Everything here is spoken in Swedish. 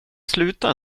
sluta